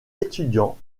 étudiant